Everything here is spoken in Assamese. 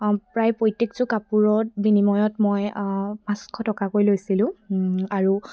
প্ৰায় প্ৰত্যেকযোৰ কাপোৰৰ বিনিময়ত মই পাঁচশ টকাকৈ লৈছিলোঁ আৰু